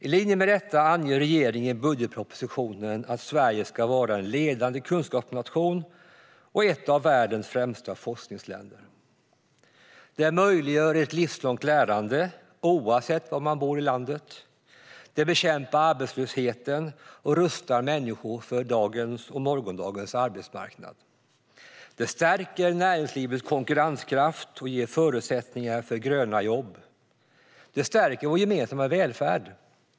I linje med detta anger regeringen i budgetpropositionen att Sverige ska vara en ledande kunskapsnation och ett av världens främsta forskningsländer. Det möjliggör ett livslångt lärande oavsett var man bor i landet. Det bekämpar arbetslösheten och rustar människor för dagens och morgondagens arbetsmarknad. Det stärker näringslivets konkurrenskraft och ger förutsättningar för gröna jobb. Det stärker vår gemensamma välfärd.